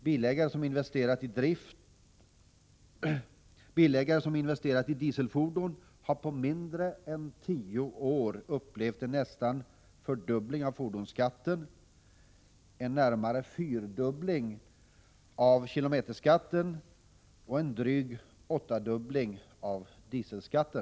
Bilägare som investerat i dieselfordon har på mindre än tio år upplevt nästan en fördubbling av fordonsskatten, närmare en fyrdubbling av kilometerskatten och en dryg åttadubbling av dieselskatten.